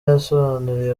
yasobanuriye